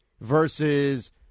versus